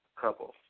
Couple